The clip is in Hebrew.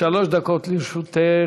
שלוש דקות לרשותך.